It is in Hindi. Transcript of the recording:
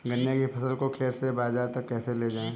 गन्ने की फसल को खेत से बाजार तक कैसे लेकर जाएँ?